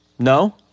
No